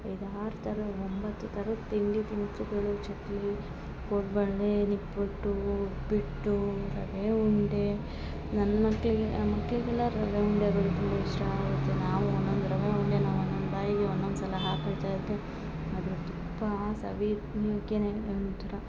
ಐದು ಆರು ಥರದ ಒಂಬತ್ತು ಥರದ ತಿಂಡಿ ತಿನಿಸುಗಳು ಚಕ್ಲಿ ಕೋಡ್ಬಳೆ ನಿಪ್ಪಟ್ಟು ಉಪ್ಪಿಟ್ಟು ರವೆ ಉಂಡೆ ನನ್ನ ಮಕ್ಕಳಿಗೆ ಮಕ್ಕಳಿಗೆಲ್ಲ ರವೆ ಉಂಡೆಗಳು ತುಂಬ ಇಷ್ಟ ಆಗುತ್ತೆ ನಾವು ಒನ್ನೊಂದು ರವೆ ಉಂಡೆನು ಒನ್ನೊಂದು ಬಾಯ್ಗೆ ಒನ್ನೊಂದು ಸಲ ಹಾಕ್ಬಿಟ್ರೆ ಆಯಿತು ಅದು ತುಪ್ಪ ಸವಿಯೂಕ್ಕೆನೆ ಒಂದು ಥರ